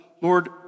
Lord